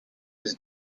his